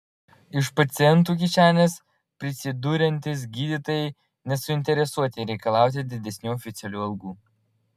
iš pacientų kišenės prisiduriantys gydytojai nesuinteresuoti reikalauti didesnių oficialių algų